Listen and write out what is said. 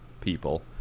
people